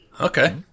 okay